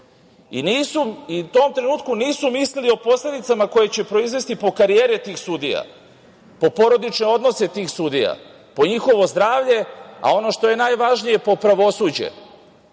U tom trenutku nisu mislili o posledicama koje će proizvesti po karijere tih sudija, po porodične odnose tih sudija, po njihovo zdravlje, a ono što je najvažnije, po pravosuđe,